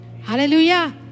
Hallelujah